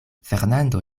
fernando